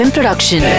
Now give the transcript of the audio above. Production